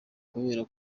kubera